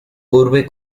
urbe